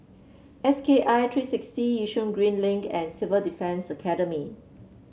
S K I three sixty Yishun Green Link and Civil Defence Academy